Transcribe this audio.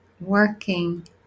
working